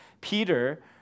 Peter